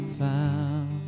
found